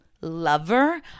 lover